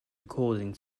according